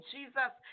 Jesus